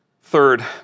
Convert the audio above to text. Third